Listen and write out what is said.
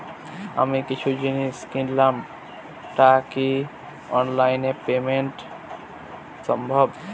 আমি কিছু জিনিস কিনলাম টা কি অনলাইন এ পেমেন্ট সম্বভ?